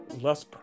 less